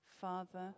father